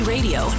Radio